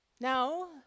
Now